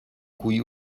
cui